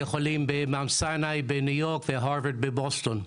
חולים בהר סיני בניו-יורק ובהרווארד בבוסטון.